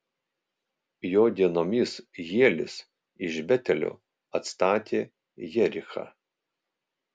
jo dienomis hielis iš betelio atstatė jerichą